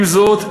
עם זאת,